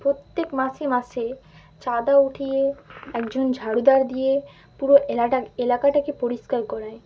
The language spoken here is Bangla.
প্রত্যেক মাসে মাসে চাঁদা উঠিয়ে একজন ঝাড়ুদার দিয়ে পুরো এলাটা এলাকাটাকে পরিষ্কার করায়